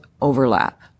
overlap